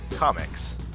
Comics